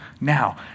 Now